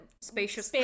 Spacious